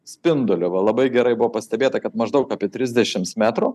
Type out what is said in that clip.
spinduliu va labai gerai buvo pastebėta kad maždaug apie trisdešimts metrų